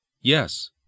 Yes